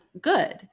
good